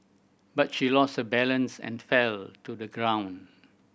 but she lost her balance and fell to the ground